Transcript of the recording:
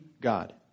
God